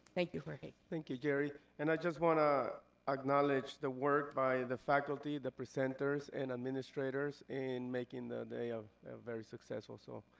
thank you, jorge. thank you, geri. and i just wanna acknowledge the work by the faculty the presenters and administrators in making the day ah very successful. so,